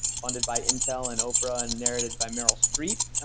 funded by intel, and oprah, and narrated by meryl streep.